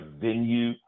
venue